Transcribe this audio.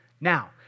Now